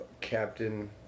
captain